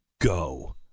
Go